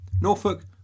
Norfolk